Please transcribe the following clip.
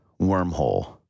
wormhole